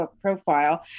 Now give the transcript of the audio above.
profile